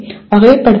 வகைப்படுத்துதல்